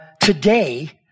today